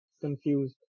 confused